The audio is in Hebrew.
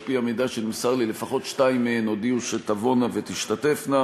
על-פי המידע שנמסר לי לפחות שתיים מהן הודיעו שתבואנה ותשתתפנה,